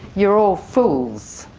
you're all fools.